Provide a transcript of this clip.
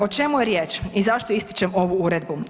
O čemu je riječ i zašto ističem ovu uredbu?